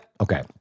Okay